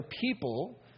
people